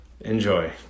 enjoy